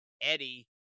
Eddie